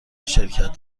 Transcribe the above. شرکت